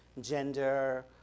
gender